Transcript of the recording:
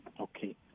okay